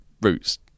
Root's